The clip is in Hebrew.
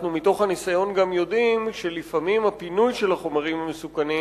מתוך הניסיון אנחנו גם יודעים שלפעמים הפינוי של החומרים המסוכנים,